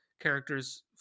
character's